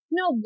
no